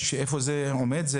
איפה זה עומד?